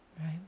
right